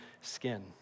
skin